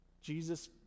Jesus